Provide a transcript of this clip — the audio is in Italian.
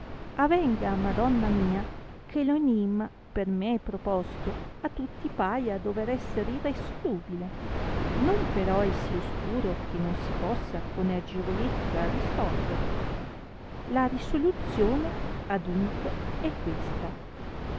avenga madonna mia che lo enimma per me proposto a tutti paia dover esser irresolubile non però è sì oscuro che non si possa con agevolezza risolvere la risoluzione adunque è questa